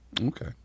Okay